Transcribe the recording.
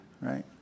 right